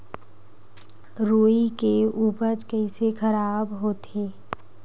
रुई के उपज कइसे खराब होथे?